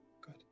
Good